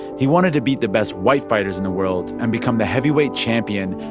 he wanted to beat the best white fighters in the world and become the heavyweight champion